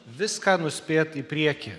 viską nuspėt į priekį